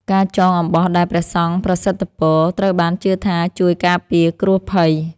ការចងអំបោះដែលព្រះសង្ឃប្រសិទ្ធពរ ត្រូវបានជឿថាជួយការពារគ្រោះភ័យ។